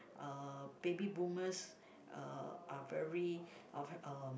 uh baby boomers uh are very of um